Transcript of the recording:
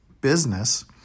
business